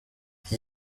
iki